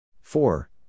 Four